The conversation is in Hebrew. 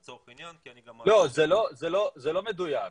זה לא מדויק.